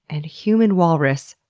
and human walrus,